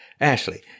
Ashley